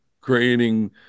creating